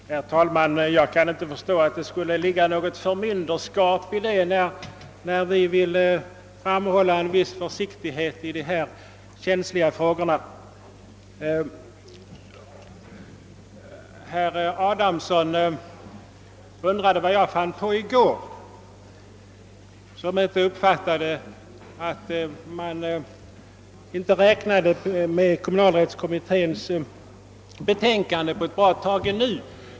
Herr talman! Jag kan inte förstå att det skulle ligga något förmynderskap i vår vilja att framhålla vikten av en viss försiktighet i dessa känsliga frågor. Herr Adamsson undrade vad jag sysslade med i går, eftersom jag i konstitutionsutskottet inte uppfattat att man räknade med att inte få fram kommunalrättskommitténs betänkande på ett bra tag ännu.